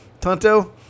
Tonto